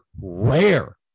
rare